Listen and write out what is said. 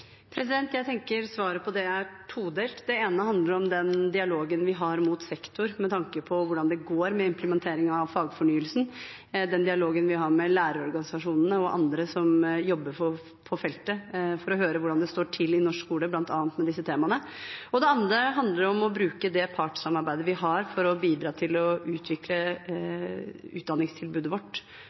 Jeg tenker at svaret på det er todelt. Det ene handler om den dialogen vi har mot sektor, med tanke på hvordan det går med implementering av fagfornyelsen, og den dialogen vi har med lærerorganisasjonene og andre som jobber på feltet, for å høre hvordan det står til i norsk skole, bl.a. med disse temaene. Det andre handler om å bruke det partssamarbeidet vi har, for å bidra til å utvikle utdanningstilbudet vårt